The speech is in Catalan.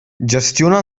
gestiona